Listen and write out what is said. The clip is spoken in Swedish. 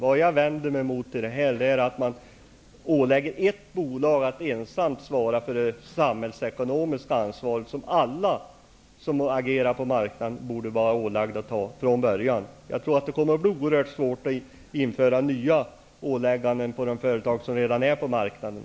Det jag vänder mig emot är att man ålägger ett bolag att ensamt ta det samhällsekonomiska ansvar som alla som agerar på marknaden borde vara ålagda att ta från början. Det kommer att bli oerhört svårt att senare införa nya ålägganden för företag som redan finns på marknaden.